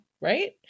right